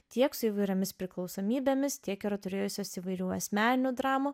tiek su įvairiomis priklausomybėmis tiek ir turėjusios įvairių asmeninių dramų